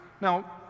Now